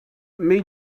mais